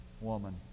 woman